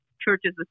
churches